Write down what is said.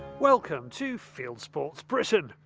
welcome to fieldsports britain.